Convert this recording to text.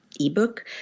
ebook